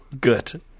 good